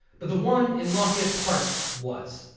but the one in lafayette park was.